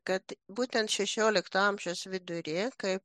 kad būtent šešiolikto amžiaus viduryje kai